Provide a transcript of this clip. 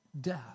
death